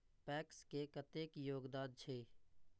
PACS के कतेक योगदान छै?